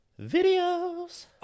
videos